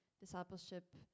discipleship